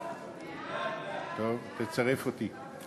טוב, תצרף אותי.